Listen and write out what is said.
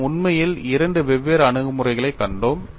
நாம் உண்மையில் இரண்டு வெவ்வேறு அணுகுமுறைகளைக் கண்டோம்